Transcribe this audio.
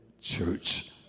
church